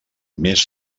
més